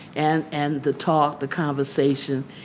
and and the talk, the conversation,